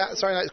sorry